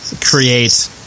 create